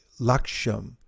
laksham